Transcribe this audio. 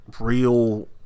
real